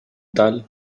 tal